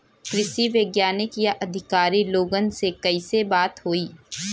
कृषि वैज्ञानिक या अधिकारी लोगन से कैसे बात होई?